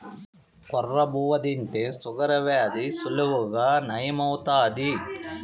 కొర్ర బువ్వ తింటే షుగర్ వ్యాధి సులువుగా నయం అవుతాది